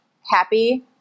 happy